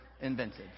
invented